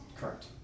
correct